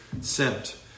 sent